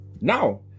Now